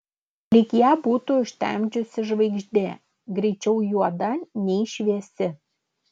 lyg ją būtų užtemdžiusi žvaigždė greičiau juoda nei šviesi